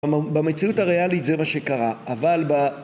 במציאות הריאלית זה מה שקרה, אבל ב...